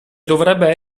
dovrebbe